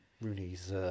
Rooney's